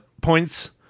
points